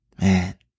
man